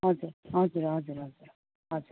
हजुर हजुर हजुर हजुर हजुर